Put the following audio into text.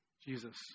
Jesus